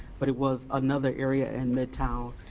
but it was another area in midtown.